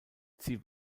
sie